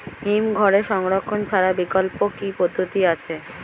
হিমঘরে সংরক্ষণ ছাড়া বিকল্প কি পদ্ধতি আছে?